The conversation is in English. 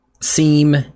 seem